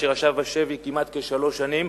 אשר ישב בשבי כמעט שלוש שנים.